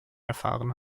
erfahren